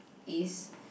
is